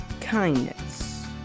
kindness